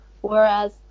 Whereas